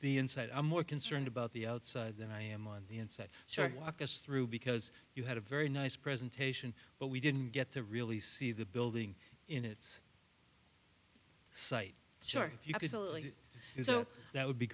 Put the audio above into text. the inside i'm more concerned about the outside than i am on the inside should walk us through because you had a very nice presentation but we didn't get to really see the building in its site sure if you can easily so that would be